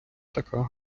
така